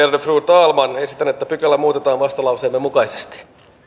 rouva puhemies esitän että pykälä muutetaan vastalauseemme mukaisesti